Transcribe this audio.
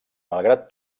malgrat